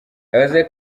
yavuze